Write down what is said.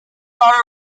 are